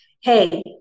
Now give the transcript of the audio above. hey